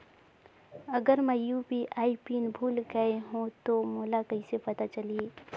अगर मैं UPI PIN भुल गये हो तो मोला कइसे पता चलही?